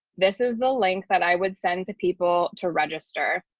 this is the link that i would send to people to register.